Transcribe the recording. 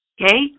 Okay